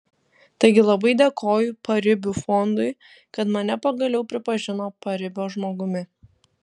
taigi labai dėkoju paribių fondui kad mane pagaliau pripažino paribio žmogumi